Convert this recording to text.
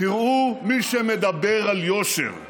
תראו מי שמדבר על יושר.